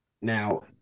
Now